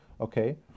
okay